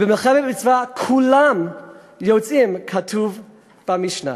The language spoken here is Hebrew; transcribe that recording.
ובמלחמת מצווה כולם יוצאים, כתוב במשנה.